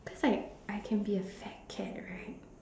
it's like I can be a fat kid right